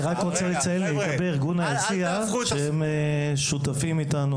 אני רק רוצה לציין לגבי ארגון היציע שהם שותפים איתנו,